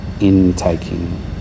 intaking